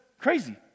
crazy